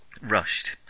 rushed